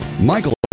Michael